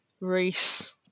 Reese